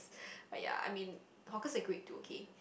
but ya I mean hawkers are great too okay